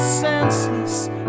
senseless